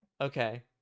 Okay